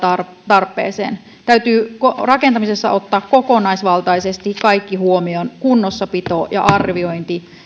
tarpeeseen täytyy rakentamisessa ottaa kokonaisvaltaisesti kaikki huomioon kunnossapito arviointi